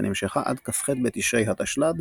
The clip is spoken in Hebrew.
ונמשכה עד כ"ח בתשרי ה'תשל"ד,